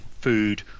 food